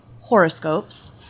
horoscopes